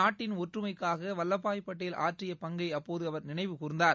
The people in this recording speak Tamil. நாட்டின் ஒற்றுமைக்காகவல்லபாய் பட்டேல் ஆற்றியபங்கைஅப்போதுஅவர் நினைவு கூர்ந்தார்